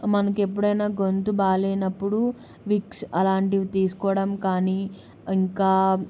మనకి ఎప్పుడైనా గొంతు బాగోలేనప్పుడు విక్స్ అలాంటివి తీసుకోవడం కానీ ఇంకా